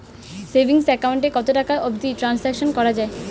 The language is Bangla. সেভিঙ্গস একাউন্ট এ কতো টাকা অবধি ট্রানসাকশান করা য়ায়?